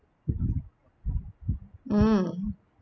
mm